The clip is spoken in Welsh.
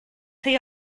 rhy